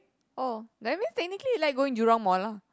oh that means technically I like going Jurong mall lah